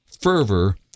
fervor